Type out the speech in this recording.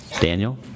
Daniel